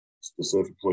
specifically